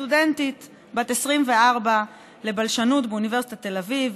סטודנטית בת 24 לבלשנות באוניברסיטת תל אביב,